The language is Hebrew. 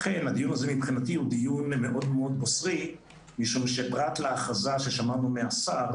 לכן הדיון הזה מבחינתי הוא דיון מאוד בוסרי מפני שפרט להכרזה של השר,